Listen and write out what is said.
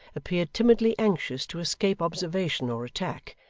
appeared timidly anxious to escape observation or attack,